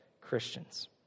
Christians